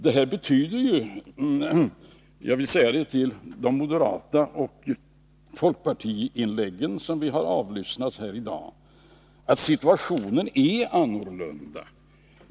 Det betyder — jag vill säga det med anledning av de moderata och folkpartistiska inläggen som vi-har avlyssnat här i dag — att situationen är annorlunda.